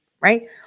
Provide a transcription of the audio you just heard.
right